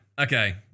Okay